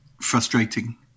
frustrating